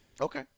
Okay